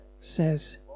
says